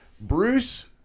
Bruce